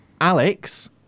Alex